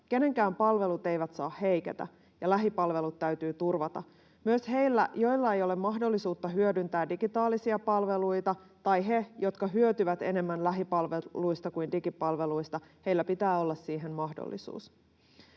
Kenenkään palvelut eivät saa heiketä, ja lähipalvelut täytyy turvata. Myös heillä, joilla ei ole mahdollisuutta hyödyntää digitaalisia palveluita, tai heillä, jotka hyötyvät enemmän lähipalveluista kuin digipalveluista, pitää olla siihen mahdollisuus.